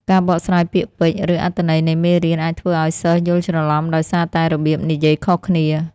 ការបកស្រាយពាក្យពេចន៍ ឬអត្ថន័យនៃមេរៀនអាចធ្វើឱ្យសិស្សយល់ច្រឡំដោយសារតែរបៀបនិយាយខុសគ្នា។